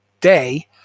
Day